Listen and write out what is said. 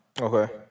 Okay